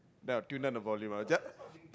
then I will tune down the volume I just